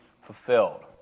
fulfilled